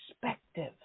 perspective